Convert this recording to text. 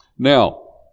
Now